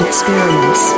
experience